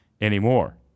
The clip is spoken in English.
Anymore